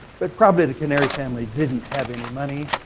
but probably the canary family didn't have any money,